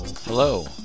Hello